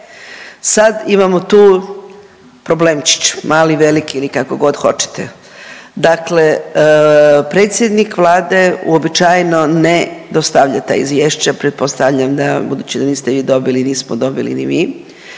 sad imamo tu problemčić, mali, veliki ili kako god hoćete. Dakle predsjednik Vlade uobičajeno ne dostavlja ta izvješća, pretpostavljam da, budući da niste vi dobili, nismo dobili ni mi,